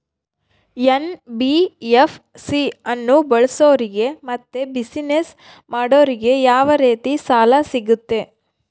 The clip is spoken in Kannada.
ಎನ್.ಬಿ.ಎಫ್.ಸಿ ಅನ್ನು ಬಳಸೋರಿಗೆ ಮತ್ತೆ ಬಿಸಿನೆಸ್ ಮಾಡೋರಿಗೆ ಯಾವ ರೇತಿ ಸಾಲ ಸಿಗುತ್ತೆ?